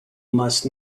must